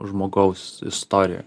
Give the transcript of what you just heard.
žmogaus istoriją